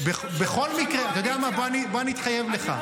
בכל מקרה, אתה יודע מה, בוא אני אתחייב לך,